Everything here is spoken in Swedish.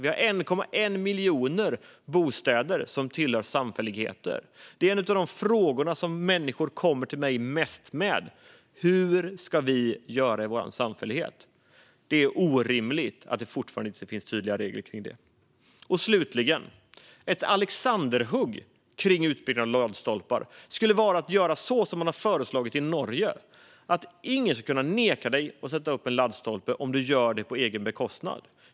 Det är 1,1 miljon bostäder som tillhör samfälligheter. Detta är en av de frågor som människor kommer till mig med mest: Hur ska vi göra i vår samfällighet? Det är orimligt att det fortfarande inte finns tydliga regler för detta. Slutligen: Ett alexanderhugg kring utbyggnaden av laddstolpar skulle vara att göra så som man har föreslagit i Norge, nämligen att ingen ska kunna neka dig att sätta upp en laddstolpe om du gör det på egen bekostnad.